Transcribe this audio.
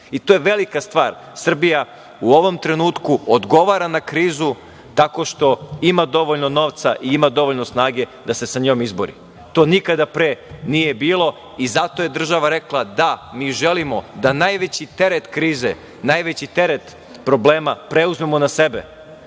To je velika stvar. Srbija u ovom trenutku odgovara na krizu tako što ima dovoljno novca i ima dovoljno snage da se sa njom izbori. To nikada pre nije bilo i zato je država rekla - da, mi želimo da najveći teret krize, najveći teret problema preuzmemo na sebe,